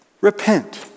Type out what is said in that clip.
Repent